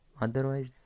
otherwise